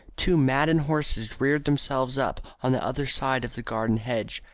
two maddened horses reared themselves up on the other side of the garden hedge,